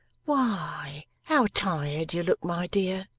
why, how tired you look, my dear